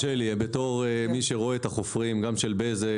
תרשה לי כמי שרואה את החופרים גם של בזק,